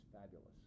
fabulous